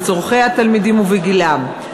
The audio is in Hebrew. בצורכי התלמידים ובגילם.